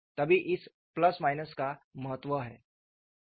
तभी इस ± का महत्व है